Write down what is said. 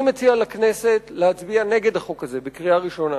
אני מציע לכנסת להצביע נגד החוק הזה בקריאה ראשונה.